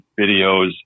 videos